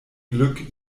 glück